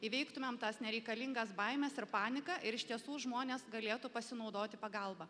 įveiktumėm tas nereikalingas baimes ir paniką ir iš tiesų žmonės galėtų pasinaudoti pagalba